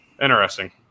Interesting